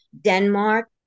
Denmark